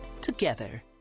together